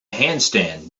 handstand